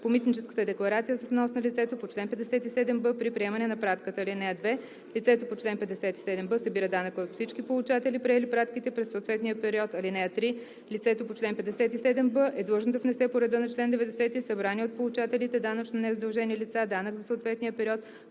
по митническата декларация за внос на лицето по чл. 57б при приемане на пратката. (2) Лицето по чл. 57б събира данъка от всички получатели, приели пратките през съответния период. (3) Лицето по чл. 57б е длъжно да внесе по реда на чл. 90 събрания от получателите – данъчно незадължени лица, данък за съответния период